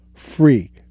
Free